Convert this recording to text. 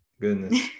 Goodness